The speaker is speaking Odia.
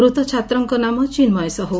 ମୃତ ଛାତ୍ରଙ୍କ ନାମ ଚିନ୍କୟ ସାହୁ